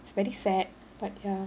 it's very sad but ya